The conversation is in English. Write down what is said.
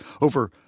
over